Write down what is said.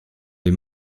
les